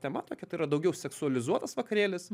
tema tokia tai yra daugiau seksualizuotas vakarėlis